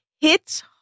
hits